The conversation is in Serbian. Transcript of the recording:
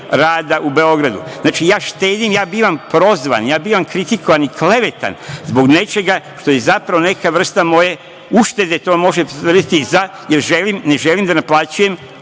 rada u Beogradu. Znači, ja štedim, ja bivam prozvan, bivam kritikovan i klevetan, zbog nečega, što je zapravo neka vrsta moje uštede, jer ne želim da naplaćujem